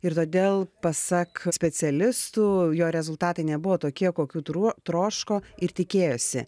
ir todėl pasak specialistų jo rezultatai nebuvo tokie kokių tru troško ir tikėjosi